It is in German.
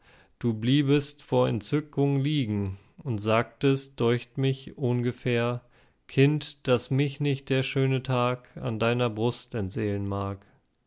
du bliebest vor entzückung liegen und sagtest deucht mich ohngefähr kind daß mich nicht der schöne tag an deiner brust entseelen mag